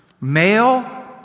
Male